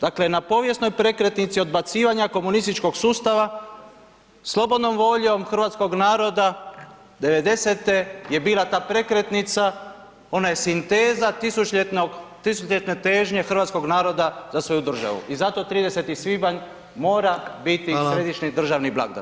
Dakle na povijesnoj prekretnici odbacivanja komunističkog sustava, slobodnom voljom hrvatskog naroda 90-te je bila ta prekretnica, ona je sinteza tisućljetne težnje hrvatskog naroda za svoju državu i zato 30. svibanj mora biti središnji državni blagdan.